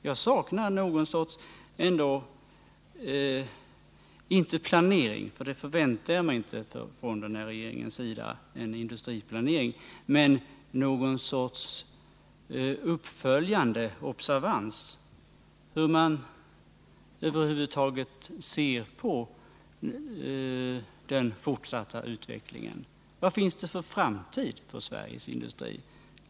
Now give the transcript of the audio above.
Jag saknar ändå, inte en industriplanering för det väntar jag mig inte från den här regeringens sida, men någon sorts uppföljande observans — hur man över huvud taget ser på den fortsatta utvecklingen. Vad finns det för framtid för Sveriges industri?